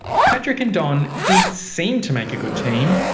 patrick and don did seem to make a good team.